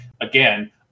again